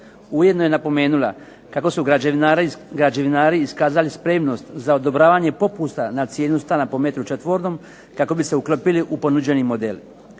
Ujedno je napomenula kako su građevinari iskazali spremnost za odobravanje popusta na cijenu stana po metru četvornom kako bi se uklopili u ponuđeni model.